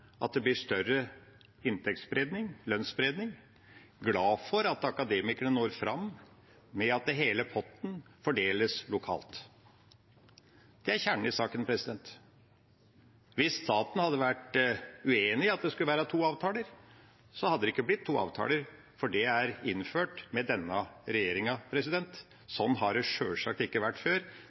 at det blir større inntektsspredning, lønnsspredning – glad for at Akademikerne når fram med at hele potten fordeles lokalt. Det er kjernen i saken. Hvis staten hadde vært uenig i at det skulle være to avtaler, hadde det ikke blitt to avtaler, for det er innført med denne regjeringa. Sånn har det sjølsagt ikke vært før.